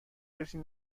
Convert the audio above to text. کسی